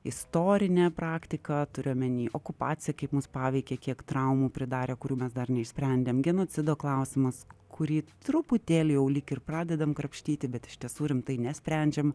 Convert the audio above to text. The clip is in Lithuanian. istorinė praktika turiu omeny okupacija kaip mus paveikė kiek traumų pridarė kurių mes dar neišsprendėm genocido klausimas kurį truputėlį jau lyg ir pradedam krapštyti bet iš tiesų rimtai nesprendžiam